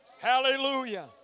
Hallelujah